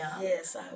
yes